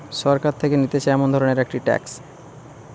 সরকার থেকে নিতেছে এমন ধরণের একটি ট্যাক্স